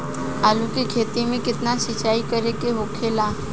आलू के खेती में केतना सिंचाई करे के होखेला?